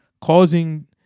causing